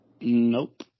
Nope